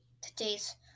today's